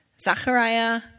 Zachariah